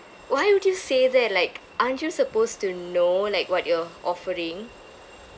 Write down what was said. why would you say that like aren't you supposed to know like what you're offering